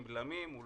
עם בלמים,